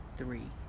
three